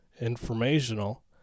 informational